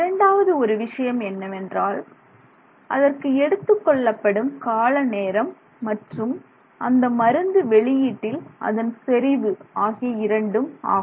இரண்டாவது ஒரு விஷயம் என்னவென்றால் அதற்கு எடுத்துக்கொள்ளப்படும் காலநேரம் மற்றும் அந்த மருந்து வெளியீட்டில் அதன் செறிவு ஆகிய இரண்டும் ஆகும்